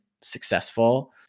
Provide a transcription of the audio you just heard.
successful